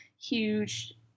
huge